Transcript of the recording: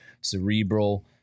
cerebral